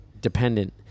dependent